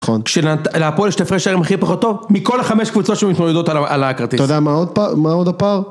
נכון. כשלהפועל יש את ההפרש שערים הכי פחות טוב מכל החמש קבוצות שמתמודדות על הכרטיס. אתה יודע מה עוד הפער?